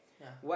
yeah